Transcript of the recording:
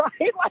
right